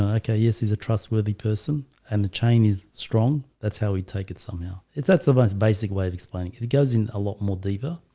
ah okay. yes. he's a trustworthy person and the chain is strong that's how we take it something else it's that somebody's basic way of explaining it goes in a lot more deeper,